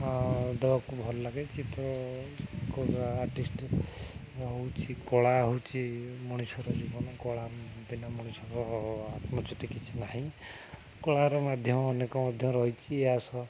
ଆ ଦେବାକୁ ଭଲ ଲାଗେ ଚିତ୍ରଙ୍କ ଆର୍ଟିଷ୍ଟ ହେଉଛି କଳା ହେଉଛି ମଣିଷର ଜୀବନ କଳା ବିନା ମଣିଷର ଆତ୍ମଜ୍ୟୋତି କିଛି ନାହିଁ କଳାର ମାଧ୍ୟମ ଅନେକ ମଧ୍ୟ ରହିଛି ଏହା ସହ